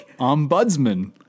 Ombudsman